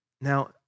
Now